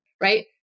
right